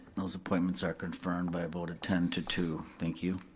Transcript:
those appointments are confirmed by a vote of ten to two, thank you.